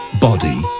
body